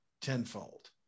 tenfold